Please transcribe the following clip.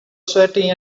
sweaty